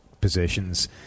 positions